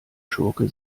schurke